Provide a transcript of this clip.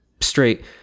straight